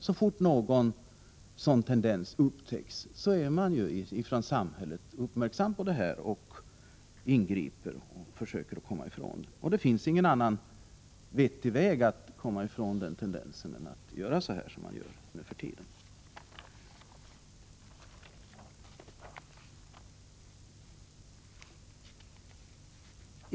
Så fort någon sådan tendens upptäcks är man från samhällets sida uppmärksam på detta och ingriper för att försöka komma ifrån det. Det finns ingen annan vettig väg att komma bort från den tendensen än att göra så som man gör nu för tiden.